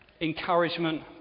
Encouragement